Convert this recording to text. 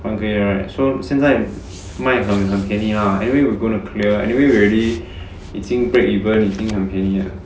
还可以 right so 现在卖很很便宜 hor anyway we gonna clear anyway we already 已经 break even 已经很便宜了